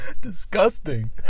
disgusting